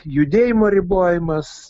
judėjimo ribojimas